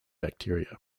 bacteria